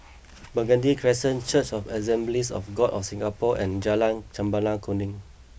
Burgundy Crescent Church of Assemblies of God of Singapore and Jalan Chempaka Kuning